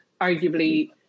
arguably